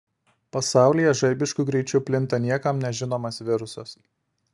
pasaulyje žaibišku greičiu plinta niekam nežinomas virusas